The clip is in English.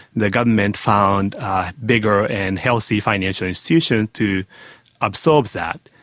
the government found bigger and healthy financial institution to absorb that.